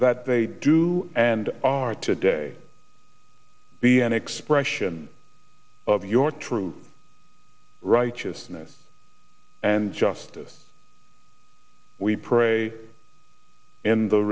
that they do and are today be an expression of your truth right just ness and justice we pray in the